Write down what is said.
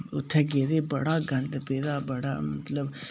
उत्थै गेदे हे बड़ा गंद पेदा बड़ा मतलब